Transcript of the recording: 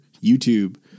YouTube